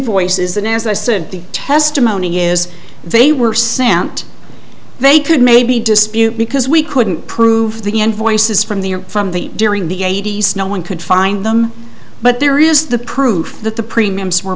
invoices and as i said the testimony is they were sent they could maybe dispute because we couldn't prove the invoices from the from the during the eighty's no one could find them but there is the proof that the premiums were